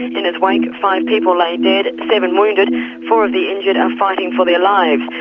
in his wake, five people lay dead, seven wounded four of the injured are fighting for their lives.